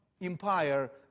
Empire